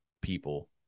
people